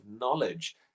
knowledge